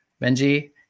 Benji